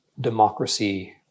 democracy